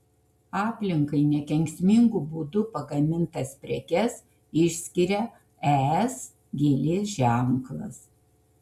aplinkai nekenksmingu būdu pagamintas prekes išskiria es gėlės ženklas